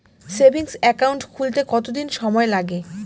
Savings account খুলতে কতদিন সময় লাগে?